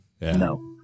No